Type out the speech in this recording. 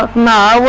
nine